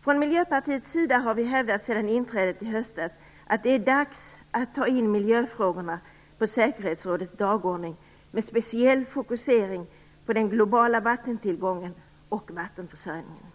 Från miljöpartiets sida har vi hävdat sedan inträdet i höstas att det är dags att ta in miljöfrågorna på säkerhetsrådets dagordning med speciell fokusering på den globala vattentillgången och vattenförsörjningen.